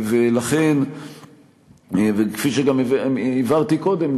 וכפי שגם הבהרתי קודם,